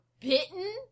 bitten